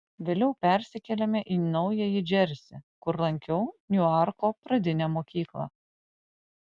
vėliau persikėlėme į naująjį džersį kur lankiau niuarko pradinę mokyklą